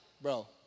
bro